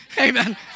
Amen